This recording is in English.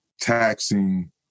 taxing